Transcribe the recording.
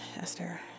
Esther